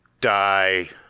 die